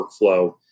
workflow